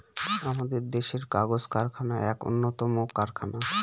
আমাদের দেশের কাগজ কারখানা এক উন্নতম কারখানা